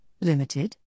Limited